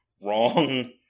wrong